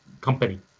company